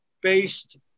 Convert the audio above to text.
based